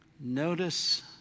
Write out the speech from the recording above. Notice